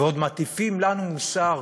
ועוד מטיפים לנו מוסר.